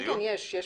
כן, יש בזום.